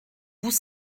vous